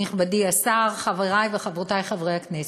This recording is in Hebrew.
נכבדי השר, חברי וחברותי חברי הכנסת,